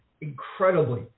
incredibly